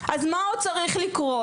אז מה עוד צריך לקרות,